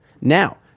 Now